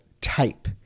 type